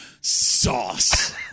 Sauce